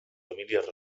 famílies